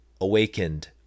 awakened